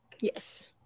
Yes